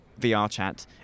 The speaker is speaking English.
VRChat